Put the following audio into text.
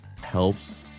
helps